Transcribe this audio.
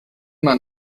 man